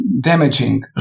damaging